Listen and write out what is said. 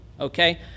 okay